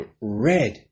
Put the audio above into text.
red